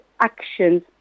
actions